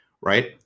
right